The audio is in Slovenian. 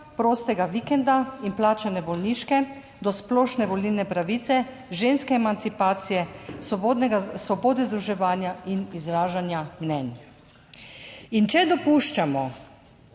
prostega vikenda in plačane bolniške do splošne volilne pravice, ženske emancipacije, svobodnega, svobode združevanja in izražanja mnenj. In če dopuščamo